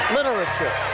Literature